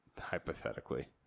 Hypothetically